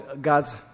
God's